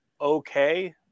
okay